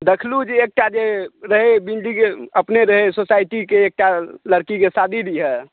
देखलहुँ जे एकटा जे रहै बिल्डिङ्ग अपने रहै सोसाइटीके एकटा लड़कीके शादी रहियै